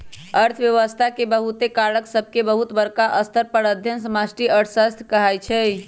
अर्थव्यवस्था के बहुते कारक सभके बहुत बरका स्तर पर अध्ययन समष्टि अर्थशास्त्र कहाइ छै